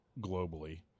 globally